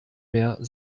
mehr